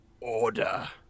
order